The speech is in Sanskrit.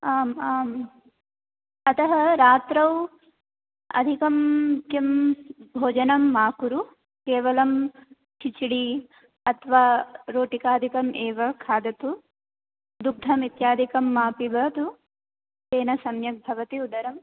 आम् आम् अतः रात्रौ अधिकं किं भोजनं मा कुरु केवलं किछिडि अथवा रोटिकादिकम् एव खादतु दुग्धम् इत्यादिकं मा पिबतु तेन सम्यक् भवति उदरम्